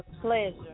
pleasure